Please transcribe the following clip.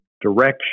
direction